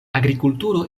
agrikulturo